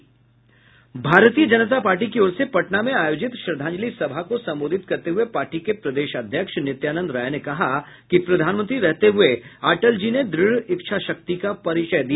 भारतीय जनता पार्टी की ओर से पटना में आयोजित श्रद्धांजलि सभा को संबोधित करते हुए पार्टी के प्रदेश अध्यक्ष नित्यानंद राय ने कहा कि प्रधानमंत्री रहते हुए अटल जी ने दृढ़ इच्छा शक्ति का परिचय दिया